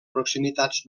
proximitats